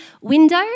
window